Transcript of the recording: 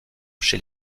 chez